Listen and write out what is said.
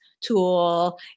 tool